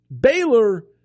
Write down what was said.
Baylor